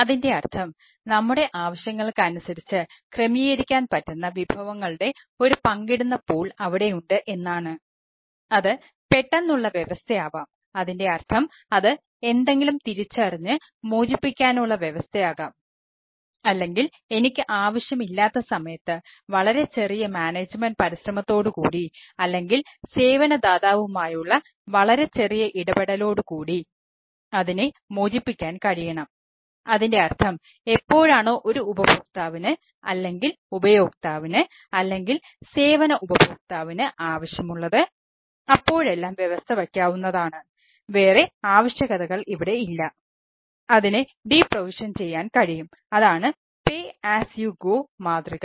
അതിൻറെ അർത്ഥം നമ്മുടെ ആവശ്യങ്ങൾക്ക് അനുസരിച്ച് ക്രമീകരിക്കാൻ പറ്റുന്ന വിഭവങ്ങളുടെ ഒരു പങ്കിടുന്ന പൂൾ മാതൃക